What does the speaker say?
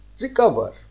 recover